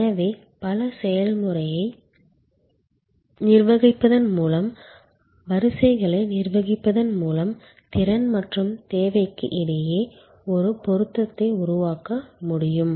எனவே பல செயல்முறை படிகளை நிர்வகிப்பதன் மூலம் வரிசைகளை நிர்வகிப்பதன் மூலம் திறன் மற்றும் தேவைக்கு இடையே ஒரு பொருத்தத்தை உருவாக்க முடியும்